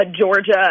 Georgia